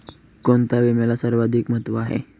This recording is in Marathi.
कोणता विम्याला सर्वाधिक महत्व आहे?